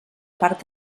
part